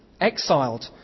Exiled